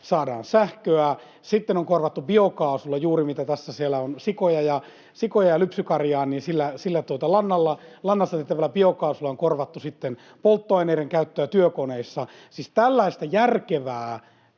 saadaan sähköä, sitten on korvattu biokaasulla juuri mitä tässä puhuttiin — siellä on sikoja ja lypsykarjaa — sillä lannalla. Lannasta vielä: biokaasulla on korvattu polttoaineiden käyttöä työkoneissa. Tällaista järkevää